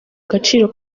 agaciro